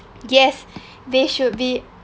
guess they should be